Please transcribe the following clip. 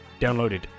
Downloaded